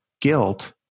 guilt